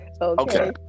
Okay